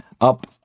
up